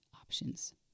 options